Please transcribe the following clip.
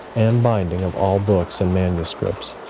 and binding of all books and manuscripts.